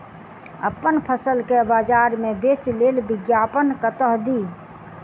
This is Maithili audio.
अप्पन फसल केँ बजार मे बेच लेल विज्ञापन कतह दी?